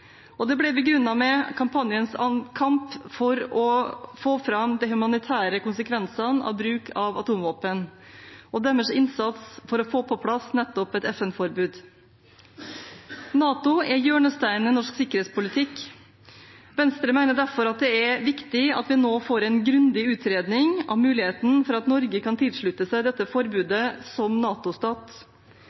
og det ble begrunnet med kampanjens kamp for å få fram de humanitære konsekvensene av bruk av atomvåpen og deres innsats for å få på plass nettopp et FN-forbud. NATO er hjørnesteinen i norsk sikkerhetspolitikk. Venstre mener derfor det er viktig at vi nå får en grundig utredning av muligheten for at Norge kan tilslutte seg dette forbudet som